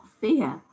fear